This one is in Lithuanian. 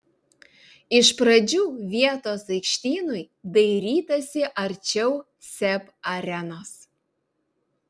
iš pradžių vietos aikštynui dairytasi arčiau seb arenos